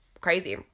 crazy